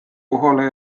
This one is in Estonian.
kohale